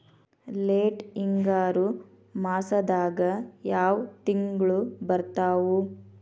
Late ಹಿಂಗಾರು ಮಾಸದಾಗ ಯಾವ್ ತಿಂಗ್ಳು ಬರ್ತಾವು?